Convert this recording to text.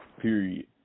period